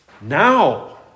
Now